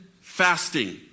fasting